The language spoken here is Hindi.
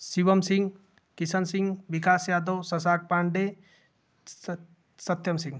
शिवम सिंह किशन सिंह विकास यादव सशांक पांडे सत सत्यम सिंह